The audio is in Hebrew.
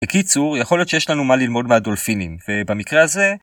בקיצור, יכול להיות שיש לנו מה ללמוד מהדולפינים, ובמקרה הזה...